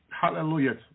Hallelujah